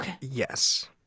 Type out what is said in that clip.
Yes